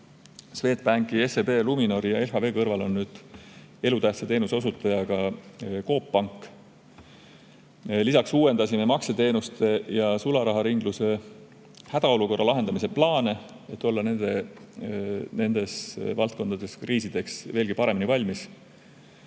Swedbanki, SEB, Luminori ja LHV kõrval on nüüd elutähtsa teenuse osutaja ka Coop Pank. Lisaks uuendasime makseteenuste ja sularaharingluse hädaolukorra lahendamise plaane, et olla nendes valdkondades kriisideks veelgi paremini valmis.